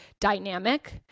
dynamic